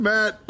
Matt